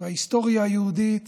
וההיסטוריה היהודית